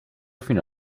fino